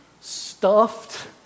stuffed